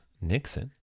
Nixon